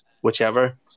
whichever